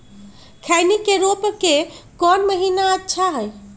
खैनी के रोप के कौन महीना अच्छा है?